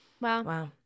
Wow